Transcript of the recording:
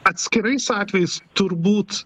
atskirais atvejais turbūt